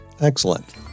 Excellent